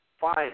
Fine